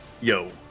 yo